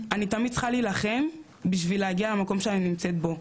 אני תמיד צריכה להילחם בשביל להגיע למקום שאני נמצאת בו,